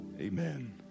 Amen